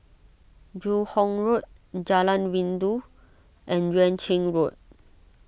Joo Hong Road Jalan Rindu and Yuan Ching Road